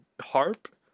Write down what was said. Harp